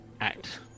act